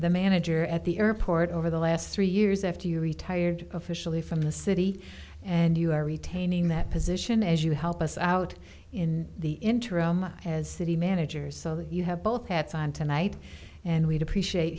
the manager at the airport over the last three years after you retired officially from the city and you are retaining that position as you help us out in the interim as city managers so that you have both hats on tonight and we'd appreciate